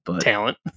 Talent